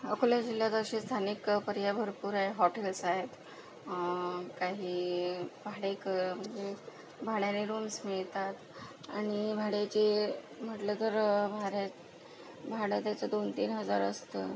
अकोला जिल्ह्यात असे स्थानिक पर्याय भरपूर आहे हॉटेल्स आहेत काही भाडेक भाड्याने रूम्स मिळतात आणि भाड्याचे म्हटलं तर भाड्या भाडं त्याचं दोन तीन हजार असतं